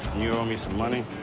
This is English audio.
you owe me some money.